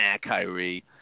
Kyrie